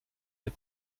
der